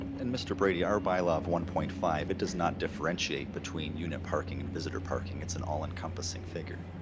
and mr. brady our bylaw of one point five, if does not differentiate between unit parking and visitor parking, it's an all encompassing figure.